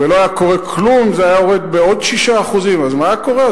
ולא היה קורה כלום אם זה היה יורד בעוד 6% אז מה היה קורה.